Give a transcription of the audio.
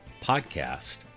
podcast